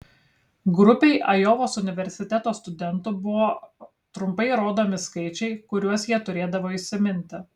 grupei ajovos universiteto studentų buvo trumpai rodomi skaičiai kuriuos jie turėdavo įsiminti